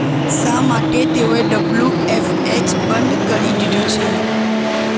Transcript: શા માટે તેઓએ ડબલ્યુ એફ એચ બંધ કરી દીધું છે